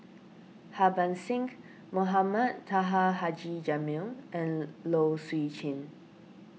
Harbans Singh Mohamed Taha Haji Jamil and Low Swee Chen